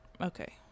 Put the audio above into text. okay